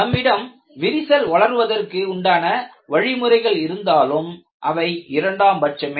நம்மிடம் விரிசல் வளர்வதற்கு உண்டான வழிமுறைகள் இருந்தாலும் அவை இரண்டாம் பட்சமே